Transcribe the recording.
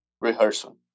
Rehearsal